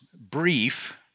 brief